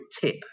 tip